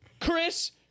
Chris